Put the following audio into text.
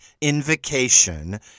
invocation